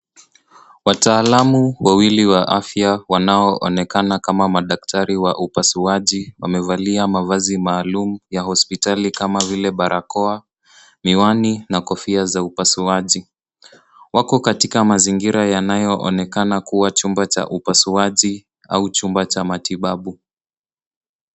Wataalamu wawili wa afya wanaoonekana kama madaktari wa upasuaji wamevalia mavazi maalum ya hospitali kama vile barakoa, miwani na kofia za upasuaji. Wako katika mazingira yanayoonekana kuwa chumba cha upasuaji au chumba cha matibabu.